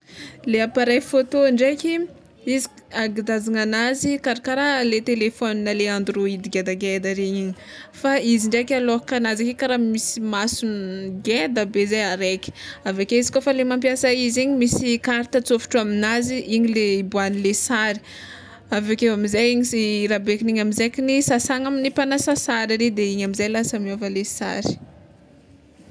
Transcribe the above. Le appareil photo ndraiky izy angedazana anazy karakara le telefôny le android ngendangeda regny, fa izy ndraiky alokan'azy ary kara misy masony ngedabe zay araiky aveke izy kôfa le mampiasa izy igny misy karta atsofitro aminazy igny le iboahanle sary aveke amizay igny sy rabekin'igny amizay sasana amin'ny mpanasa sary ary de igny amizay lasa miova le sary.